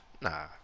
nah